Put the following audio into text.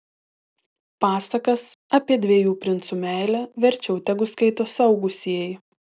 pasakas apie dviejų princų meilę verčiau tegu skaito suaugusieji